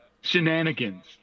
shenanigans